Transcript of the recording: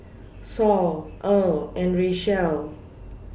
Saul Earle and Richelle